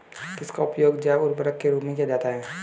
किसका उपयोग जैव उर्वरक के रूप में किया जाता है?